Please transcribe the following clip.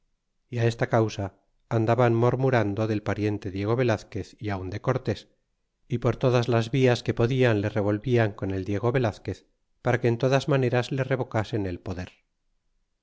y esta causa andaban mormurando del pariente diego velazquez y aun de cortés y por todas las vias que podian le revolvian con el diego velazquez para que en todas maneras le revocasen el poder